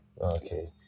Okay